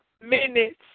minutes